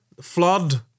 flood